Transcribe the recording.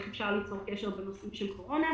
איך אפשר ליצור קשר בנושאים של קורונה,